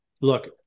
look